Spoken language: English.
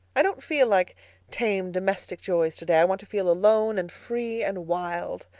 i don't feel like tame domestic joys today. i want to feel alone and free and wild.